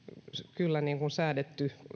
kyllä säädetty